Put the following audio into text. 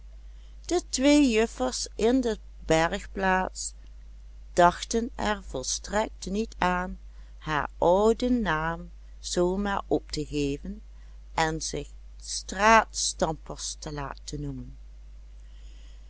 de twee juffers in de bergplaats dachten er volstrekt niet aan haar ouden naam zoo maar op te geven en zich straatstampers te laten noemen